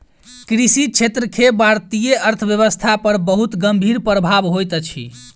कृषि क्षेत्र के भारतीय अर्थव्यवस्था पर बहुत गंभीर प्रभाव होइत अछि